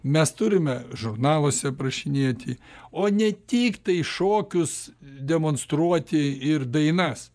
mes turime žurnaluose aprašinėti o ne tiktai šokius demonstruoti ir dainas